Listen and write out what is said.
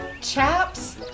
Chaps